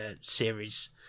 series